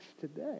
today